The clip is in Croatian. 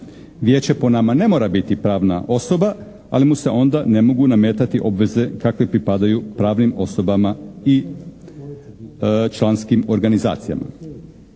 Vijeće po nama ne mora biti pravna osoba ali mu se onda ne mogu nametati obveze kakve pripadaju pravnim osobama i članskim organizacijama.